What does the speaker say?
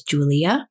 Julia